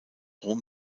rom